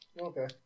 Okay